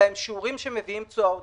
הם שיעורים שמביאים תשואה עודפת.